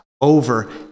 over